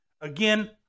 Again